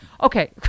Okay